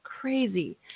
Crazy